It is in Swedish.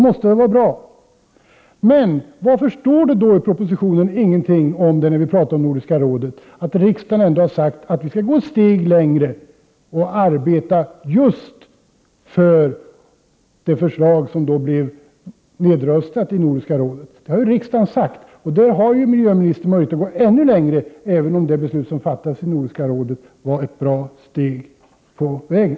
Men varför står det ingenting i propositionen om detta, trots att riksdagen har uttalat att vi skulle gå ett steg längre och arbeta för det förslag som sedan blev nedröstat i Nordiska rådet? Riksdagen har ju uttalat sig för detta, och miljöministern har möjlighet att gå ännu längre, även om Nordiska rådets beslut var ett bra steg på vägen.